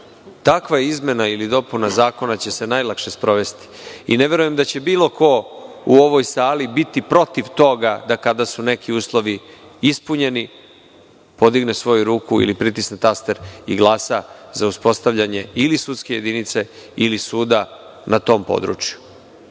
takva izmena ili dopuna zakona će se najlakše sprovesti. Ne verujem da će bilo ko u ovoj sali biti protiv toga da, kada su neki uslovi ispunjeni, podigne svoju ruku ili pritisne taster i glasa za uspostavljanje ili sudske jedinice ili suda na tom području.